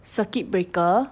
circuit breaker